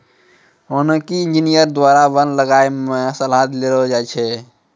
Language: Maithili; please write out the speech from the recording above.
वानिकी इंजीनियर द्वारा वन लगाय मे सलाह देलो जाय छै